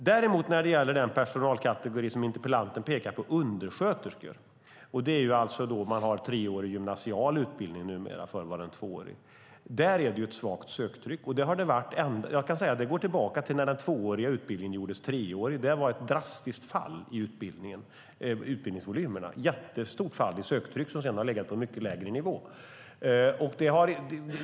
När det däremot gäller den personalkategori som interpellanten pekar på, nämligen undersköterskor, är det ett svagt söktryck. Det går tillbaka till när den tvååriga utbildningen gjordes treårig. Det medförde ett drastiskt fall i utbildningsvolymerna, och söktrycket har efter det legat på en mycket lägre nivå.